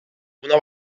una